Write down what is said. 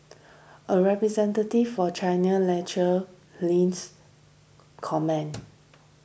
a representative for China links comment